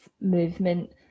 movement